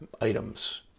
items